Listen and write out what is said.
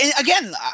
again